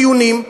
דיונים?